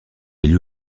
élus